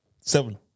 Seven